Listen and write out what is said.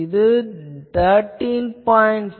இது 13